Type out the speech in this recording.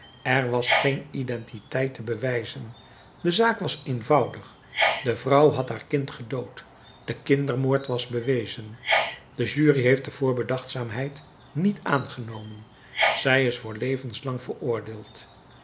er was geen identiteit te bewijzen de zaak was eenvoudig de vrouw had haar kind gedood de kindermoord was bewezen de jury heeft de voorbedachtzaamheid niet aangenomen zij is voor levenslang veroordeeld